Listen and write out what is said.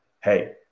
hey